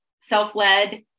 self-led